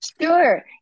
Sure